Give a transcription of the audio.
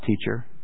teacher